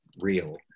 real